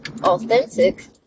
authentic